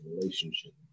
relationship